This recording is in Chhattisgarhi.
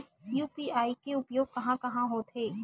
यू.पी.आई के उपयोग कहां कहा होथे?